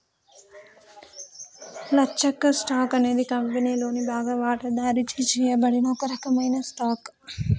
లచ్చక్క, stock అనేది కంపెనీలోని బాగా వాటాదారుచే చేయబడిన ఒక రకమైన స్టాక్